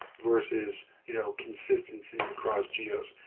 versus you know consistency across geos.